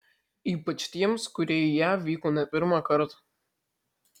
ypač tiems kurie į jav vyko ne pirmą kartą